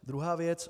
Druhá věc.